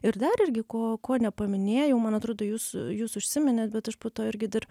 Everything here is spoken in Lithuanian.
ir dar irgi ko ko nepaminėjau man atrodo jūs jūs užsiminėt bet aš po to irgi dar